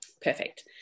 Perfect